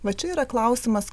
va čia yra klausimas